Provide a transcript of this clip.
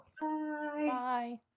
Bye